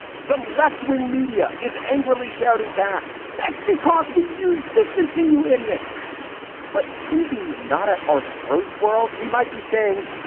some left wing media is angrily shouting back that's because we use distancing you idiots but in the not at our throats world, we might be saying,